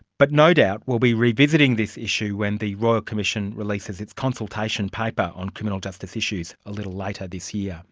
but no doubt we'll be revisiting this issue when the royal commission releases its consultation paper on criminal justice issues a little later ah this year